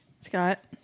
Scott